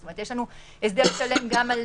זאת אומרת יש לנו הסדר שלם גם על